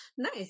nice